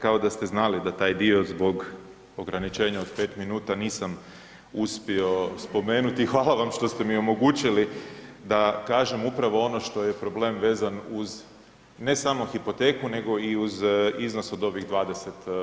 Kao da ste znali da taj dio zbog ograničenja od 5 minuta nisam uspio spomenuti i hvala vam što ste mi omogućili da kažem upravo ono što je problem vezan uz ne samo hipoteku, nego i uz iznos od ovih 20%